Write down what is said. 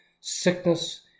sickness